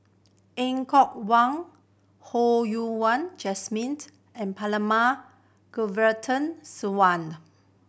Er Kwong Wah Ho Yen Wah Jesmined and Perumal Govindaswamy